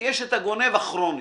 ויש את הגונב הכרוני.